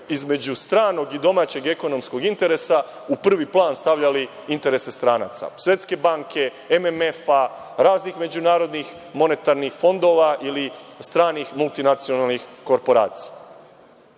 između stranog i domaćeg ekonomskog interesa u prvi plan stavljali interese stranaca, Svetske banke, MMF-a, raznih međunarodnih monetarnih fondova ili stranih multinacionalnih korporacija. Mislim